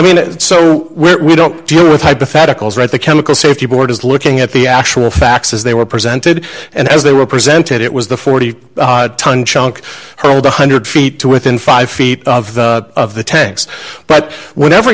mean so we're we don't deal with hypotheticals right the chemical safety board is looking at the actual facts as they were presented and as they were presented it was the forty ton chunk hold one hundred feet to within five feet of the tanks but whenever